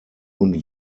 und